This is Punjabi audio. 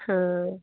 ਹਾਂ